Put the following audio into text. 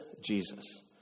Jesus